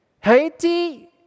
Haiti